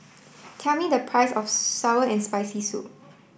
tell me the price of sour and spicy soup